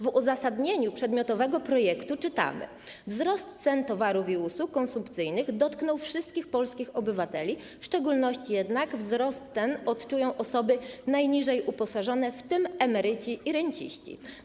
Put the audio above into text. W uzasadnieniu przedmiotowego projektu czytamy: ˝Wzrost cen towarów i usług konsumpcyjnych dotknął wszystkich polskich obywateli, w szczególności jednak wzrost ten odczuwają osoby najniżej uposażone, w tym emeryci i renciści.